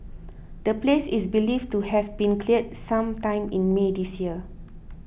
the place is believed to have been cleared some time in May this year